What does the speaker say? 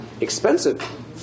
expensive